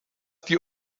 die